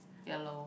ya lor